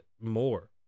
more